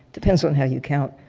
depends on how you count,